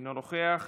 אינו נוכח,